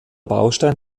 baustein